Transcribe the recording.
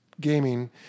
gaming